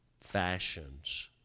fashions